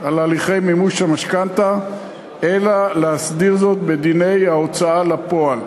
על הליכי מימוש המשכנתה אלא להסדיר זאת בדיני ההוצאה לפועל.